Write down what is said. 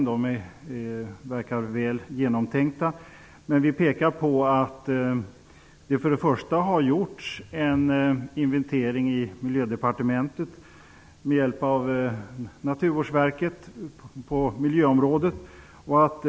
De verkar väl genomtänkta, men först och främst pekar vi på att Miljödepartementet med hjälp av Naturvårdsverket har gjort en inventering på miljöområdet.